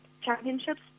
championships